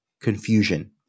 confusion